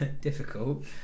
difficult